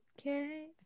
okay